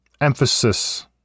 emphasis